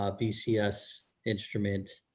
ah bcs instrument,